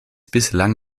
bislang